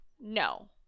no